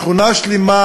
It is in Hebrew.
שכונה שלמה